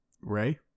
ray